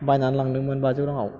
बायनानै लांदोंमोन बाजौ रांआव